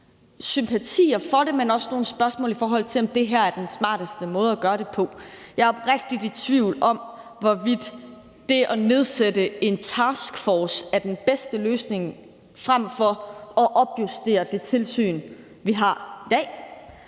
sympati for det, men også nogle spørgsmål, i forhold til om det her er den smarteste måde at gøre det på. Jeg er oprigtig i tvivl om, hvorvidt det at nedsætte en taskforce er den bedste løsning frem for at opjustere det tilsyn, vi har i dag.